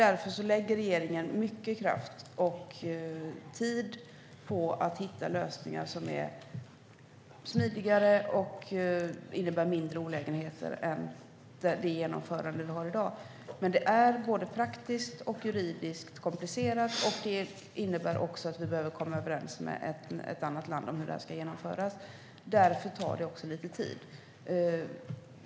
Därför lägger regeringen mycket kraft och tid på att hitta lösningar som är smidigare och innebär mindre olägenheter än det genomförande vi har i dag. Men det är både praktiskt och juridiskt komplicerat, och vi behöver också komma överens med ett annat land om hur det här ska genomföras. Därför tar det också lite tid.